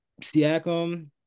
Siakam